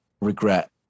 regret